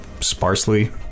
sparsely